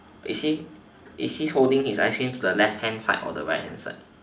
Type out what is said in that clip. is he is he holding his ice cream to the left hand side or the right hand side